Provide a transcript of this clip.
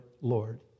Lord